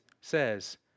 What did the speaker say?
says